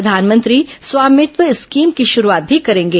प्रधानमंत्री स्वामित्व स्कीम की शुरूआत भी करेंगे